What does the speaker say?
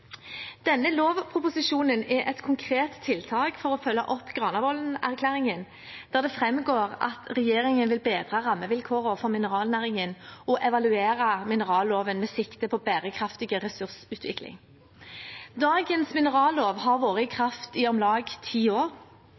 Denne lovproposisjonen er et konkret tiltak for å følge opp Granavolden-erklæringen, der det framgår at regjeringen vil bedre rammevilkårene for mineralnæringen og evaluere mineralloven med sikte på bærekraftig ressursutvikling. Dagens minerallov har vært i kraft i om lag ti år.